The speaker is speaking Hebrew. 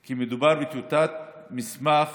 כי מדובר בטיוטת מסמך